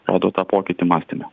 rodo tą pokytį mąstymo